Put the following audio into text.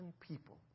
people